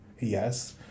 Yes